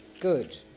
Good